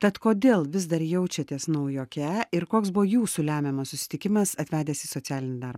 tad kodėl vis dar jaučiatės naujoke ir koks buvo jūsų lemiamas susitikimas atvedęs į socialinį darbą